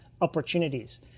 opportunities